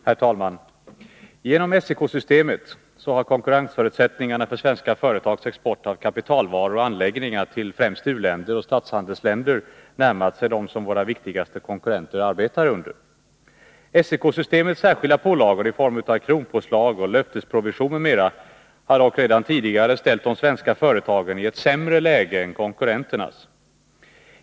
Herr talman! Genom SEK-systemet har konkurrensförutsättningarna för svenska företags export av kapitalvaror och anläggningar till främst u-länder och statshandelsländer närmat sig dem som våra viktigaste konkurrenter arbetar under. SEK-systemets särskilda pålagor i form av kronpåslag, löftesprovision m.m. har dock redan tidigare ställt de svenska företagen i ett sämre läge än konkurrenterna.